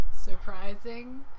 surprising